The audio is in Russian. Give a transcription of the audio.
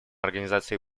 организации